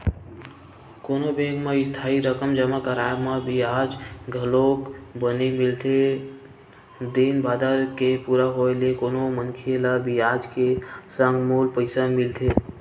कोनो बेंक म इस्थाई रकम जमा कराय म बियाज घलोक बने मिलथे दिन बादर के पूरा होय ले कोनो मनखे ल बियाज के संग मूल पइसा मिलथे